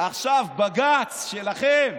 בג"ץ, שלכם,